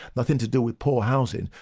nothing to do with poor housing,